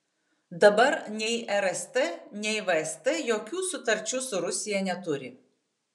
dabar nei rst nei vst jokių sutarčių su rusija neturi